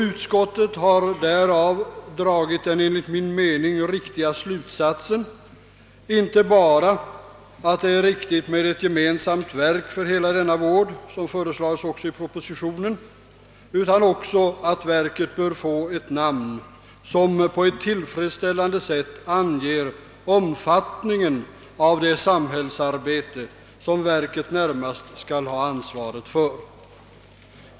Utskottet har därav dragit den enligt min mening riktiga slutsatsen, inte bara att det är viktigt med ett gemensamt verk för hela denna vård, som föreslagits också i propositionen, utan även att verket bör få ett namn som på ett tillfredsställande sätt anger omfattningen av det samhällsarbete, som verket närmast skall ha ansvaret för.